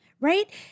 right